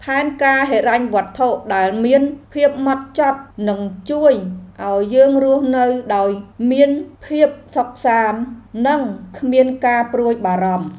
ផែនការហិរញ្ញវត្ថុដែលមានភាពម៉ត់ចត់ នឹងជួយឱ្យយើងរស់នៅដោយមានភាពសុខសាន្ត និងគ្មានការព្រួយបារម្ភ។